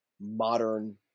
modern